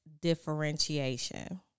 differentiation